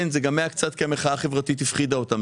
כן, זה היה קצת גם כי המחאה החברתית הפחידה אותם.